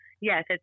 Yes